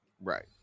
Right